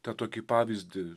tą tokį pavyzdį